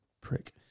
Prick